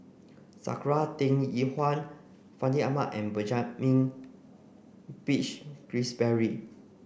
Sakura Teng Ying Hua Fandi Ahmad and Benjamin Peach Keasberry